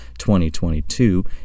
2022